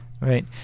Right